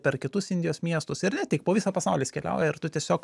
per kitus indijos miestus ir ne tik po visą pasaulį jis keliauja ir tu tiesiog